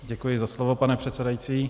Děkuji za slovo, pane předsedající.